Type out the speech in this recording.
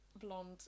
blonde